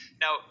Now